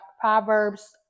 Proverbs